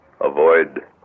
Avoid